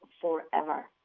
forever